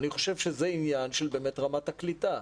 אני חושב שזה עניין של באמת רמת הקליטה.